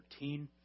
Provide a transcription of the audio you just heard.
13